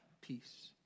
Peace